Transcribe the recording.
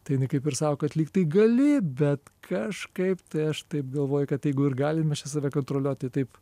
tai jinai kaip ir sako kad lyg tai gali bet kažkaip tai aš taip galvoju kad jeigu ir galim mes čia save kontroliuot tai taip